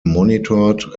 monitored